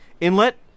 inlet